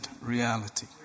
reality